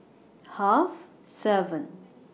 Half seven